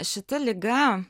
šita liga